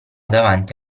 davanti